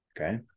okay